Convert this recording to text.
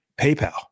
PayPal